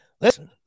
listen